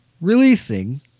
releasing